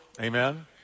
Amen